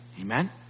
Amen